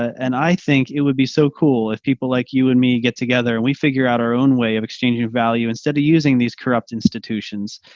and i think it would be so cool if people like you and me get together and we figure out our own way of exchanging value instead of using these corrupt institutions.